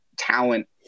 talent